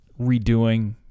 redoing